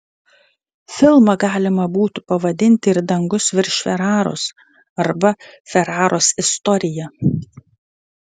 filmą galima būtų pavadinti ir dangus virš feraros arba feraros istorija